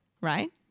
right